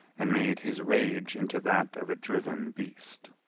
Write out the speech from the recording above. and made his rage into that of a driven beast.